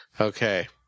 Okay